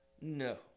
No